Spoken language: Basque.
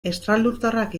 estralurtarrak